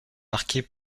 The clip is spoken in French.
marquée